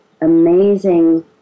amazing